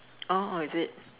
orh is it